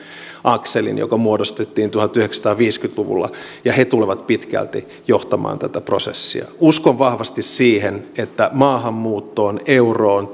akselin joka muodostettiin tuhatyhdeksänsataaviisikymmentä luvulla ja ne tulevat pitkälti johtamaan tätä prosessia uskon vahvasti siihen että maahanmuuttoon euroon